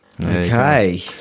Okay